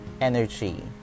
energy